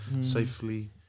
Safely